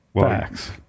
Facts